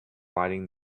riding